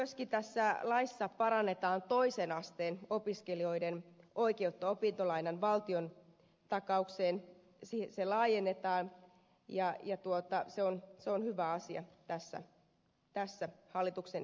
myöskin tässä laissa parannetaan toisen asteen opiskelijoiden oikeutta opintolainan valtiontakaukseen sitä laajennetaan ja se on hyvä asia tässä hallituksen esityksessä